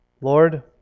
Lord